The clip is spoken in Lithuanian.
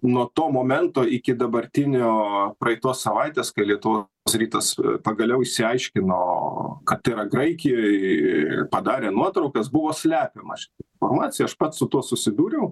nuo to momento iki dabartinio praeitos savaitės kai lietuvos rytas pagaliau išsiaiškino kad tai yra graikijoje ir padarė nuotraukas buvo slepiama ši informacija aš pats su tuo susidūriau